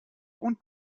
und